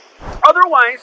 Otherwise